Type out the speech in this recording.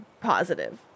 positive